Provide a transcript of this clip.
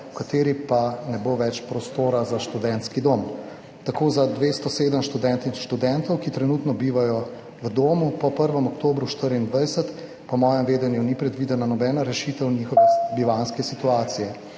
v kateri pa ne bo več prostora za študentski dom. Tako za 207 študentk in študentov, ki trenutno bivajo v domu, po 1. oktobru 2024 po mojem vedenju ni predvidena nobena rešitev njihove bivanjske situacije.